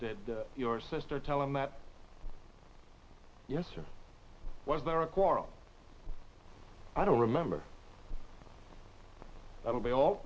did your sister tell him that yes or was there a quarrel i don't remember i will be all